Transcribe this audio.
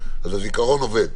אז הזיכרון עובד.